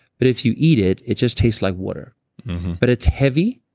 but if you eat it, it just tastes like water but it's heavy.